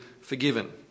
forgiven